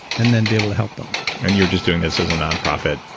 and then be able to help them and you were just doing this as a non-profit?